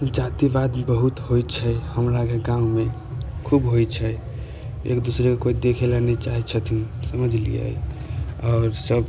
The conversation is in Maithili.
जातिबाद बहुत होइ छै हमराके गाँवमे खूब होइ छै एक दूसरेके कोइ देखय लए नहि चाहै छथिन समझलियै आओर सब